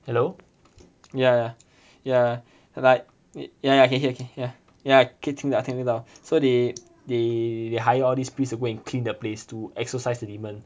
hello ya ya like it yeah yeah I can hear can hear ya 听到听得到 so they they they hire all these priests to go and clean the place to exorcise the demon